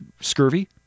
Scurvy